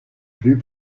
plus